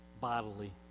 bodily